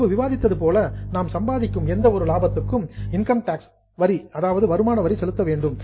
முன்பு விவாதித்தது போல நாம் சம்பாதிக்கும் எந்த ஒரு லாபத்துக்கும் இன்கம் டேக்ஸ் வருமான வரி செலுத்த வேண்டும்